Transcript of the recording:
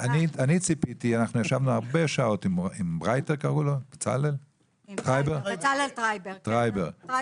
אנחנו ישבנו הרבה שעות עם בצלאל טרייבר --- כן.